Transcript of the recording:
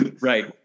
Right